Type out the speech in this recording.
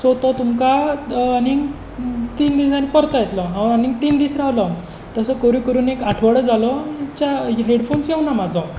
so तुमकां आनीक तीन दिसांनी परतो येतलो हांव आनीक तीन दीस रावलो तसो करून करून एक आठवडो जालो हेडफोन्स येवंक ना म्हाजो